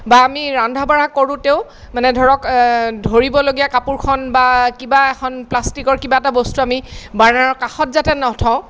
বা আমি ৰন্ধা বঢ়া কৰোঁতেও মানে ধৰক ধৰিবলগীয়া কাপোৰখন বা কিবা এখন প্লাষ্টিকৰ কিবা এটা বস্তু আমি বাৰ্ণাৰৰ কাষত যাতে নথওঁ